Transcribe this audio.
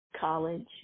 college